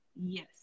Yes